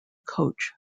coach